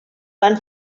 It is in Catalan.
van